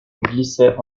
glissait